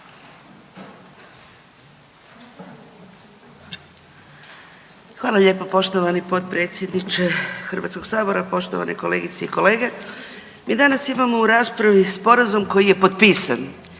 Hvala lijepo poštovani potpredsjedniče Hrvatskog sabora, poštovani kolegice i kolege. Mi danas imamo u raspravi Sporazum koji je potpisan.